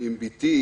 עם בתי,